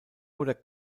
oder